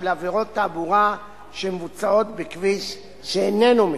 עבירות תעבורה שמבוצעות בכביש שאיננו מסוכן.